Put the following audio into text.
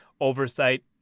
oversight